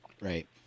Right